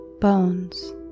bones